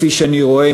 כפי שאני רואה,